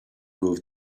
move